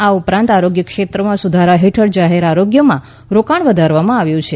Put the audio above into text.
આ ઉપરાંત આરોગ્ય ક્ષેત્ર સુધારા હેઠળ જાહેર આરોગ્યમાં રોકાણ વધારવામાં આવ્યુ છે